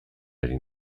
ari